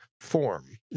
form